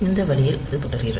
இந்த வழியில் அது தொடர்கிறது